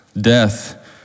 Death